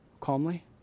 Calmly